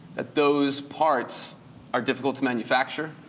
that those parts are difficult to manufacture,